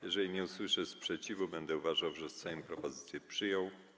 Jeżeli nie usłyszę sprzeciwu, będę uważał, że Sejm propozycję przyjął.